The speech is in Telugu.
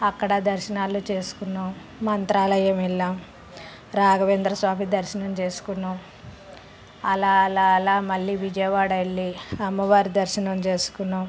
అక్కడ దర్శనాలు చేసుకున్నాం మంత్రాలయం వెళ్ళాం రాఘవేంద్ర స్వామి దర్శనం చేసుకున్నాం అలా అలా అలా మళ్ళీ విజయవాడ వెళ్ళి అమ్మవారి దర్శనం చేసుకున్నాం